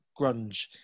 grunge